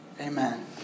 Amen